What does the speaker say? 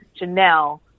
Janelle